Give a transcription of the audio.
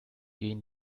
gehen